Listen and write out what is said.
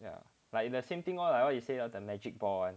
ya like the same thing lor like what you said the magic ball